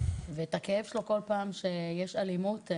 ואת הכאב שלו כל פעם שיש אלימות.